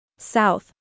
South